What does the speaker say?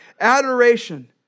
adoration